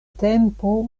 tempo